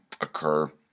occur